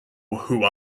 who